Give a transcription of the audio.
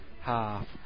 half